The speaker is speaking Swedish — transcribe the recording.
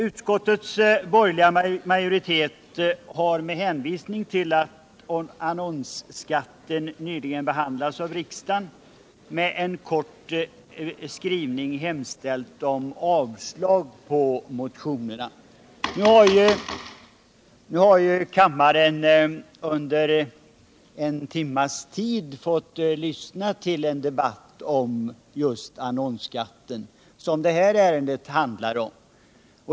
Utskottets borgerliga majoritet har, med hänvisning till att frågan om annonsskatten nyligen behandlats av riksdagen, i en kort skrivning hemställt om avslag på motionerna. Nu har kammaren under en timmes tid fått lyssna till en debatt om just annonsskatten, som alltså även det här ärendet handlar om.